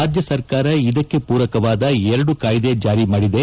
ರಾಜ್ಯ ಸರ್ಕಾರ ಇದಕ್ಕೆ ಪೂರಕವಾದ ಎರಡು ಕಾಯ್ದೆ ಜಾರಿಮಾಡಿದೆ